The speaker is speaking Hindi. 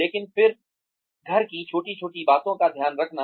लेकिन फिर घर की छोटी छोटी बातों का ध्यान रखना